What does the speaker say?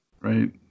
Right